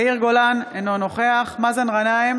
יאיר גולן, אינו נוכח מאזן גנאים,